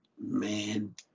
Man